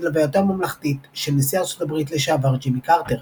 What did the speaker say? הלווייתו הממלכתית של נשיא ארצות הברית לשעבר ג'ימי קרטר.